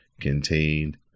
Contained